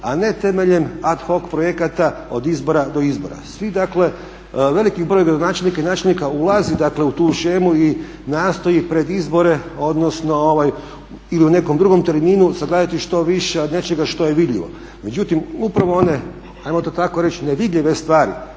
a ne temeljem ad hoc projekata od izbora do izbora. Veliki broj gradonačelnika i načelnika ulazi u tu shemu i nastoji pred izbore ili u nekom drugom terminu sagledati što više od nečega što je vidljivo. Međutim upravo one ajmo to tako reći, nevidljive stvari,